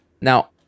Now